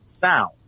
sound